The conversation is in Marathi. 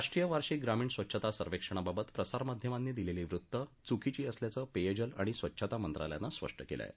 राष्ट्रीय वार्षिक ग्रामीण स्वच्छता सर्वेक्षणाबाबत प्रसारमाध्यमांनी दिलेली वृत्तं चुकीची असल्याचं पेयजल आणि स्वच्छता मंत्रालयानं स्पष्ट केलं आहे